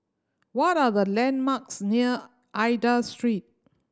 what are the landmarks near Aida Street